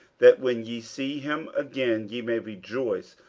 that, when ye see him again, ye may rejoice,